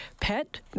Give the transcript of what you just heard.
pet